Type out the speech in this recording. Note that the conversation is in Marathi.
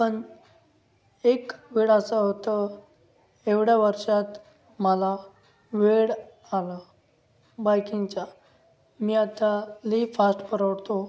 पण एक वेळ असं होतं एवढ्या वर्षात मला वेड आलं बाईकिंगच्या मी आता लई फास्ट पळवतो